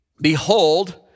Behold